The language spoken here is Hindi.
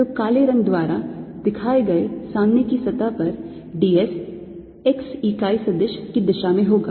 तो काले रंग द्वारा दिखाए गए सामने की सतह पर d s x इकाई सदिश की दिशा में होगा